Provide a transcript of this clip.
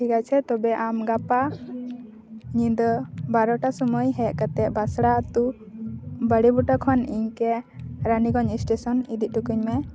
ᱴᱷᱤᱠ ᱟᱪᱷᱮ ᱛᱚᱵᱮ ᱜᱟᱯᱟ ᱧᱤᱫᱟᱹ ᱵᱟᱨᱚᱴᱟ ᱥᱩᱢᱟᱹᱭ ᱦᱮᱜ ᱠᱟᱛᱮ ᱵᱟᱥᱲᱟ ᱟᱛᱳ ᱵᱟᱲᱮ ᱵᱩᱴᱟᱹ ᱠᱷᱚᱱ ᱤᱱᱠᱟᱹ ᱨᱟᱱᱤᱜᱚᱸᱡᱽ ᱥᱴᱮᱥᱚᱱ ᱤᱫᱤᱦᱚᱴᱚᱠᱟᱧ ᱢᱮ